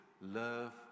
love